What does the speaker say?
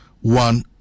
one